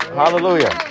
hallelujah